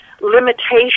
limitation